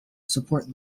support